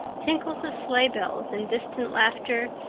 tinkles of sleigh bells and distant laughter,